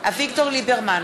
אביגדור ליברמן,